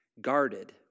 guarded